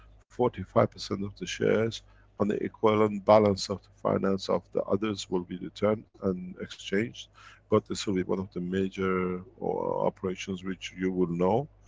forty five of the shares on the equivalent balance of the finance of the others will be returned and exchanged but this will be one of the major operations which you will know.